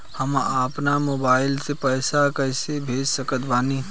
हम अपना मोबाइल से पैसा कैसे भेज सकत बानी?